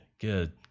Good